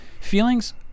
feelings